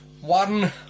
one